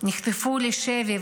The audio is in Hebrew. נחטפו לשבי,